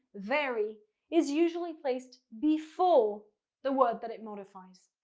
very is usually placed before the word that it modifies.